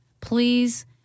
Please